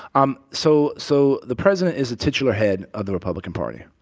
um so so the president is the titular head of the republican party.